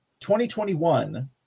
2021